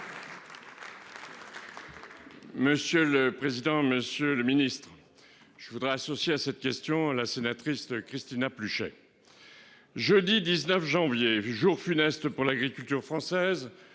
Monsieur le président, Monsieur le Ministre, je voudrais associer à cette question, la sénatrice Cristina, plus j'ai. Jeudi 19 janvier, jour funeste pour l'agriculture française.